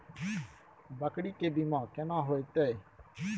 बकरी के बीमा केना होइते?